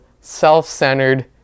self-centered